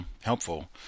helpful